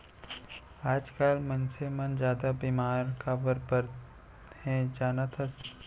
आजकाल मनसे मन जादा बेमार काबर परत हें जानत हस?